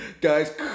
guys